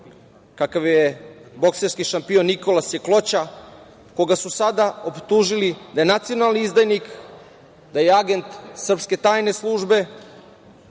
kakav je bokserski šampion Nikola Sjekloća, koga su sada optužili da je nacionalni izdajnik, da je agent srpske tajne službe